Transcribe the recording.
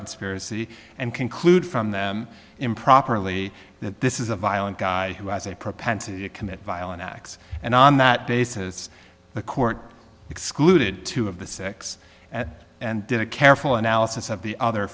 conspiracy and conclude from them improperly that this is a violent guy who has a propensity to commit violent acts and on that basis the court excluded two of the six and did a careful analysis of the other